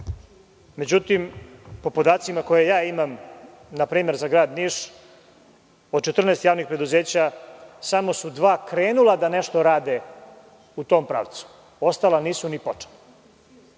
Međutim, po podacima koje ja imam, npr. za grad Niš, od 14 javnih preduzeća samo su dva krenula da nešto rade u tom pravcu, a ostala nisu ni počela.